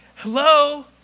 hello